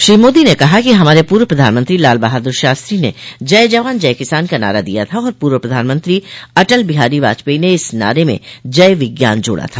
श्री मोदी ने कहा कि हमारे पूर्व प्रधानमंत्री लाल बहादुर शास्त्री ने जय जवान जय किसान का नारा दिया था और पूर्व प्रधानमंत्री अटल बिहारी वाजपेयी ने इस नारे में जय विज्ञान जोडा था